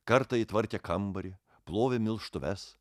kartą ji tvarkė kambarį plovė milžtuves